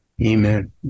Amen